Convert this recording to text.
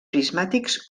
prismàtics